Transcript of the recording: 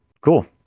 Cool